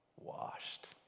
washed